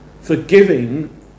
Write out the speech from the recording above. forgiving